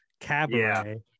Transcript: cabaret